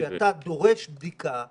שאתה דורש בדיקה,